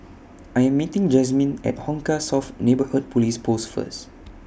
I Am meeting Jazmin At Hong Kah South Neighbourhood Police Post First